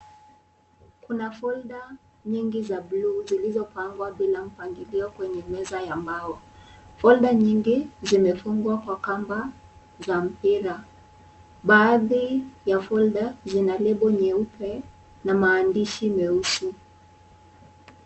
Kuna folda nyingi za bluu zilizopangwa bila mpangilio kwenye meza ya mbao. Folda nyingi zimefungwa kwa kamba za mpira. Baadhi ya folda zina lebo nyeupe na maandishi meusi.